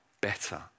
better